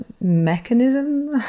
mechanism